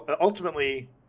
ultimately